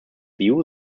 view